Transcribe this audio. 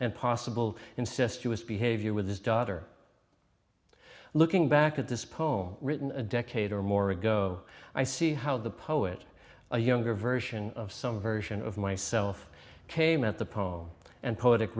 and possible incestuous behavior with his daughter looking back at this poem written a decade or more ago i see how the poet a younger version of some version of myself came at the poem and poetic